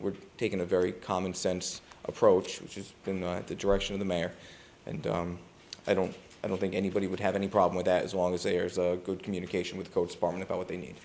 we're taking a very common sense approach which is going on the direction of the mayor and i don't i don't think anybody would have any problem with that as long as there's a good communication with codes forming about what they need